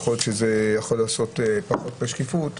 יכול להיות שזה יכול לגרום לפחות שקיפות.